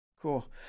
Cool